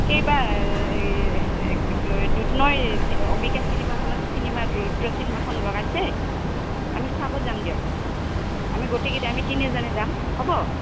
কেইবা দুধনৈ অম্বিকা চিনেমা হলত চিনেমা ৰুদ্ৰ চিনেমাখন লগাইছে আমি চাব যাম দিয়ক আমি গোটেইকেইটা আমি তিনিওজনে যাম হ'ব